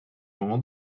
moment